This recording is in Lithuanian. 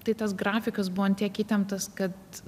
tai tas grafikas buvo ant tiek įtemptas kad